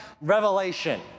revelation